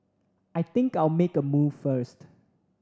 I think I'll make a move first